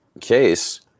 case